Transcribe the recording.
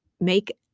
make